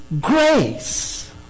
grace